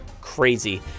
crazy